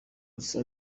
gusa